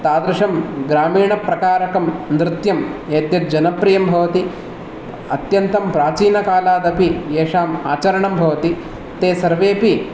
तादृशं ग्रामीणप्रकारकं नृत्यं यद्यद् जनप्रियं भवति अत्यन्तं प्राचीनकालादपि येषामाचरणं भवति ते सर्वेऽपि